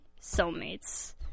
soulmates